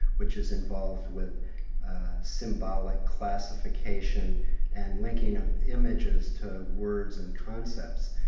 which is involved with symbolic classification and linking of images to words and concepts.